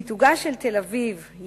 מיתוגה של תל-אביב-יפו